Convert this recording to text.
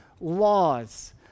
laws